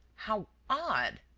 how odd!